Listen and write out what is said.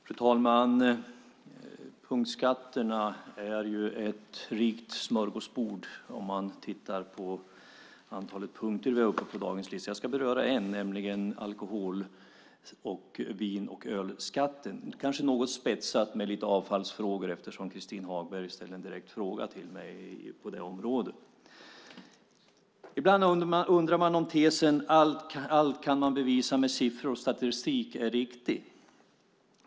Fru talman! Punktskatterna är ett rikt smörgåsbord om man tittar på antalet punkter vi har uppe på dagens lista. Jag ska beröra en, alkohol-, vin och ölskatten, kanske något spetsat med lite avfallsfrågor eftersom Christin Hagberg ställde en direkt fråga till mig på det området. Ibland undrar man om tesen att allt kan bevisas med siffror och statistik är riktig.